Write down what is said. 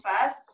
first